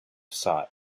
sought